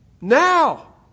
now